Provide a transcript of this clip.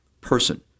person